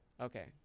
Okay